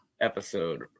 episode